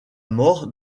mort